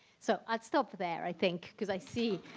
so i'll stop there i think because i see